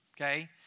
Okay